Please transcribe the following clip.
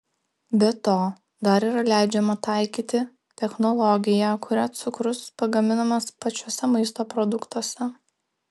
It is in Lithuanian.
be to dar yra leidžiama taikyti technologiją kuria cukrus pagaminamas pačiuose maisto produktuose